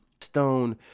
stone